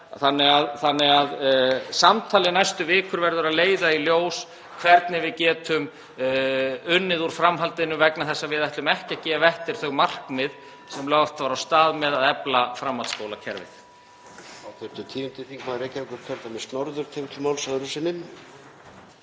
Þannig að samtalið næstu vikur verður að leiða í ljós hvernig við getum unnið úr framhaldinu vegna þess að við ætlum ekki að gefa eftir þau markmið (Forseti hringir.) sem lagt var af stað með til að efla framhaldsskólakerfið.